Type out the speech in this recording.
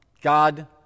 God